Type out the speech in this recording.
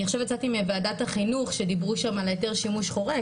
אני עכשיו יצאתי מוועדת החינוך שדיברו שם על היתר שימוש חורג.